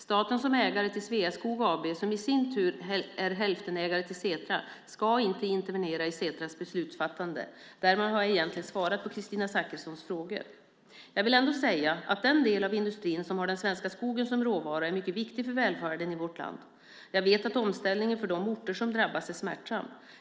Staten som ägare till Sveaskog AB, som i sin tur är hälftenägare till Setra, ska inte intervenera i Setras beslutsfattande. Därmed har jag egentligen svarat på Kristina Zakrissons frågor. Jag vill ändå säga att den del av industrin som har den svenska skogen som råvara är mycket viktig för välfärden i vårt land. Jag vet att omställningen för de orter som drabbas är smärtsam.